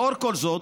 לאור כל זאת,